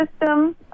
system